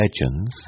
legends